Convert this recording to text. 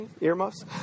Earmuffs